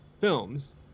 films